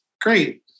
great